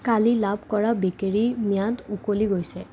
কালি লাভ কৰা বেকেৰী ম্যাদ উকলি গৈছে